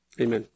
Amen